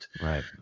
right